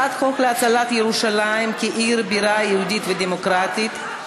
הצעת חוק להצלת ירושלים כעיר בירה יהודית ודמוקרטית,